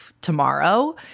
tomorrow